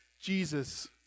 Jesus